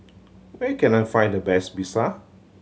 where can I find the best Pizza